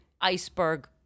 iceberg